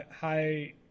hi